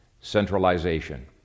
centralization